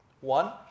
one